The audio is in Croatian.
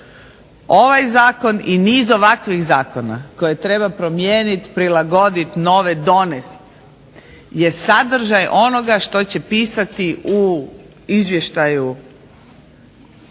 ovaj zakon i niz ovakvih zakona koje treba promijeniti, prilagoditi nove donijet je sadržaj onoga što će pisati u izvještaju